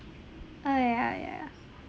ah ya ya